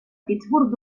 pittsburgh